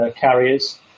carriers